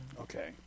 okay